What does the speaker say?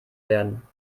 werden